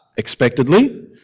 expectedly